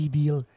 deal